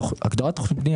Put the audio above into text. הגדרת תוכנית בנייה.